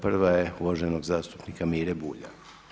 Prva je uvaženog zastupnika Mire Bulja.